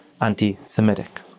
anti-Semitic